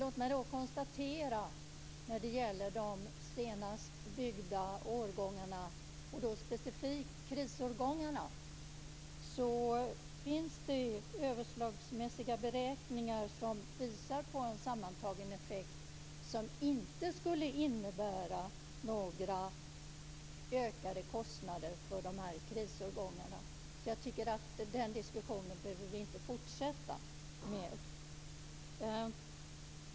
Låt mig när det gäller de senast byggda årgångarna, och då specifikt krisårgångarna, konstatera att det finns överslagsmässiga beräkningar som visar på en sammantagen effekt som inte skulle innebära ökade kostnader för dem som bor i krisårgångarna. Jag tycker inte att vi behöver fortsätta med den diskussionen.